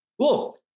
Cool